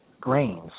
grains